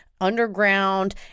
underground